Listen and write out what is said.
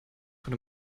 von